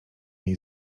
jej